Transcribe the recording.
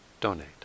donate